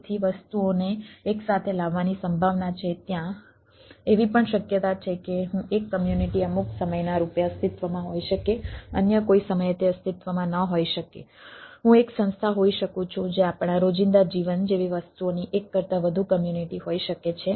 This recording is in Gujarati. તેથી વસ્તુઓને એકસાથે લાવવાની સંભાવના છે ત્યાં એવી પણ શક્યતા છે કે હું એક કમ્યુનિટી અમુક સમયના રૂપે અસ્તિત્વમાં હોઈ શકે અન્ય કોઈ સમયે તે અસ્તિત્વમાં ન હોઈ શકે હું એક સંસ્થા હોઈ શકું છું જે આપણા રોજિંદા જીવન જેવી વસ્તુઓની એક કરતા વધુ કમ્યુનિટી હોઈ શકે છે